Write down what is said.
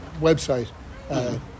website